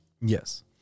Yes